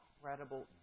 incredible